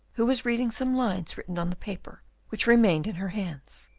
who was reading some lines written on the paper which remained in her hands.